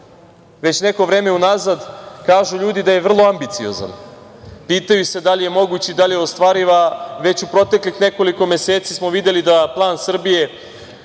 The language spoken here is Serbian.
već neko vreme unazad, kažu ljudi da je vrlo ambiciozan. Pitaju se da li je moguć i da li je ostvariv, a već u proteklih nekoliko meseci smo videli da plan Srbije